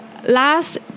Last